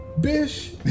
Bish